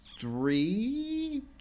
three